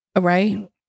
Right